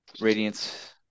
Radiance